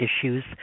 issues